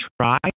try